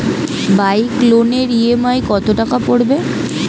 Bike লোনের EMI কত টাকা পড়বে?